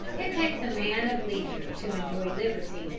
it takes a man of leisure to enjoy liberty,